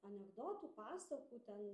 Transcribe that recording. anekdotų pasakų ten